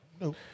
No